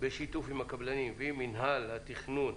בשיתוף עם הקבלנים ועם מינהל התכנון,